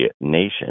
nation